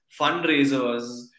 fundraisers